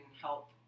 help